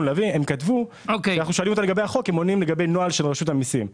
כשאנחנו שואלים אותם לגבי החוק הם עונים לגבי נוהל של רשות המיסים.